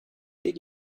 did